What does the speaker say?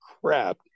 crap